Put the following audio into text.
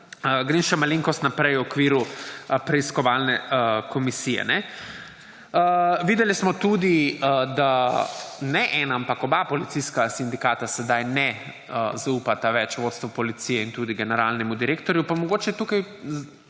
Grem še malenkost naprej v okviru preiskovalne komisije. Videli smo tudi, da ne eden, ampak oba policijska sindikata sedaj ne zaupata več vodstvu policije in tudi generalnemu direktorju. Pa mogoče je tukaj